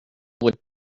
would